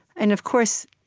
and of course,